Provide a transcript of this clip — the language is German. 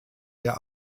der